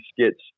skits